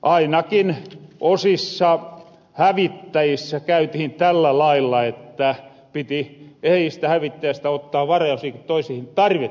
ainakin osissa hävittäjissä käytihin tällä lailla että piti ehjistä hävittäjistä ottaa varaosia ku toisihin tarvittiin